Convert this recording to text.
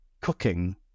cooking